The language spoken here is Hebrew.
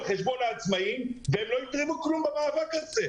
חשבון העצמאיים ולא יתרמו כלום במאבק הזה.